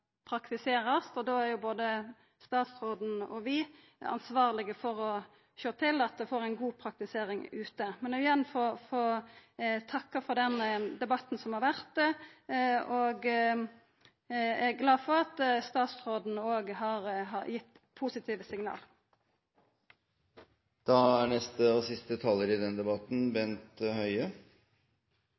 praktiserast, og då er både statsråden og vi ansvarlege for å sjå til at det får ei god praktisering ute. Eg vil igjen få takka for debatten. Eg er òg glad for at statsråden har gitt positive signal. Også jeg vil takke for en god og